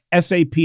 SAP